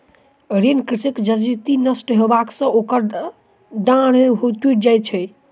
ऋणी कृषकक जजति नष्ट होयबा सॅ ओकर डाँड़ टुइट जाइत छै